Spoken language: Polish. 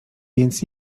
więc